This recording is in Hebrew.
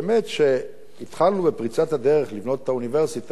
שכשהתחלנו בפריצת הדרך לבנות את האוניברסיטה,